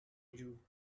you